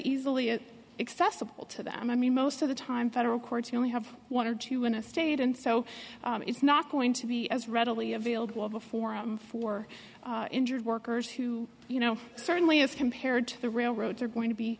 easily accessible to them i mean most of the time federal courts only have one or two in a state and so it's not going to be as readily available of a forum for injured workers who you know certainly as compared to the railroads are going to be